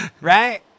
right